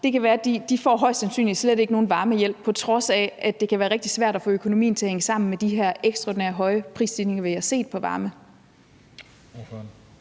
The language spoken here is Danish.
mor og far arbejder, højst sandsynligt slet ikke får nogen varmehjælp, på trods af at det kan være rigtig svært at få økonomien til at hænge sammen med de her ekstraordinært høje prisstigninger, vi har set på varme?